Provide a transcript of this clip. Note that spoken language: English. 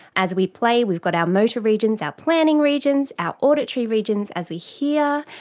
as we play we've got our motor regions, our planning regions, our auditory regions, as we hear,